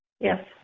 Yes